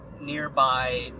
nearby